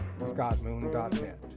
scottmoon.net